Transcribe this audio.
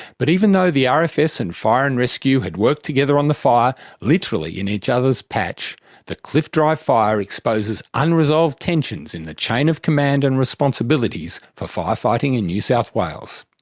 but even though the um rfs and fire and rescue had worked together on the fire literally in each other's patch the cliff drive fire exposes unresolved tensions in the chain of command and responsibilities for firefighting in new south wales.